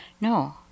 no